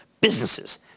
businesses